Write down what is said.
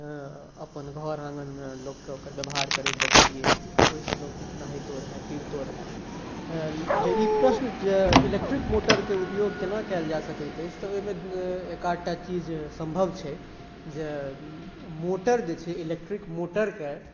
अपन घर आँगनमे लोकके ओकर बेबहार करैत देखलिए ओहिसँ लोक नहाइतो रहै पिबतो रहै जे ई प्रश्न जे इलेक्ट्रिक मोटरके उपयोग कोना कएल जा सकैत अछि तऽ ओहिमे एक आधटा चीज सम्भव छै जे मोटर जे छै इलेक्ट्रिक मोटरके